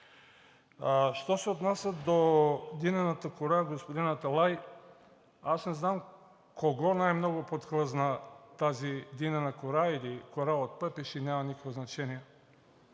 Що се отнася до динената кора, господин Аталай, аз не знам кого най-много подхлъзна тази динена кора или кора от пъпеш – няма никакво значение.